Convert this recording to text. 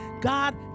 God